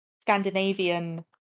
Scandinavian